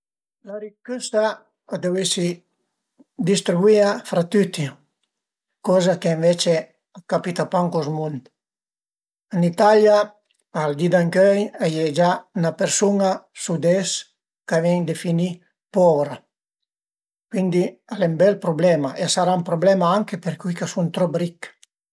La richëssa a deu esi distribuìa fra tüti, coza che ënvece a capita pa ën cos mund. Ên Italia al di d'ëncöi a ie gia 'na persuna su des ch'a ven definì pour, cuindi al e ün bel problema e a sarà ün prublema anche për cui ch'a sun trop rich